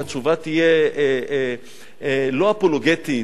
שהתשובה תהיה לא אפולוגטית,